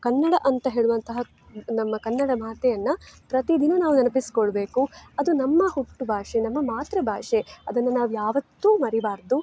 ಕನ್ನಡ ಅಂತ ಹೇಳುವಂತಹ ನಮ್ಮ ಕನ್ನಡ ಮಾತೆಯನ್ನು ಪ್ರತಿ ದಿನ ನಾವು ನೆನಪಿಸಿಕೊಳ್ಬೇಕು ಅದು ನಮ್ಮ ಹುಟ್ಟು ಭಾಷೆ ನಮ್ಮ ಮಾತೃಭಾಷೆ ಅದನ್ನು ನಾವು ಯಾವತ್ತು ಮರೆಯಬಾರ್ದು